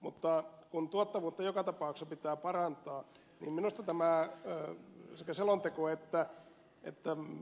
mutta kun tuottavuutta joka tapauksessa pitää parantaa niin minusta sekä selonteko että